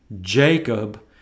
Jacob